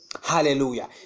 Hallelujah